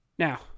Now